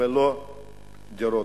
ולא דירות.